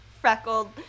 freckled